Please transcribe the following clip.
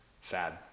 Sad